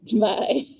Bye